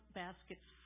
baskets